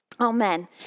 Amen